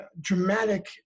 dramatic